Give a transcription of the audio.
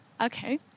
Okay